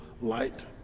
light